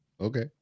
okay